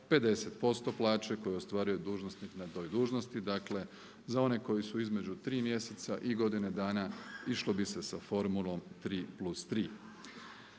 50% plaće koju ostvaruje dužnosnik na toj dužnosti. Dakle, za one koji su između tri mjeseca i godine dana išlo bi se sa formulom tri plus